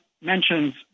mentions